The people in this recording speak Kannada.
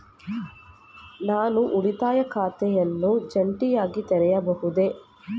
ನಾನು ಉಳಿತಾಯ ಖಾತೆಯನ್ನು ಜಂಟಿಯಾಗಿ ತೆರೆಯಬಹುದೇ?